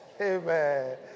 Amen